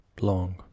long